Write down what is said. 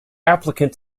applicant